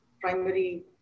primary